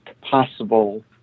possible